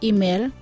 Email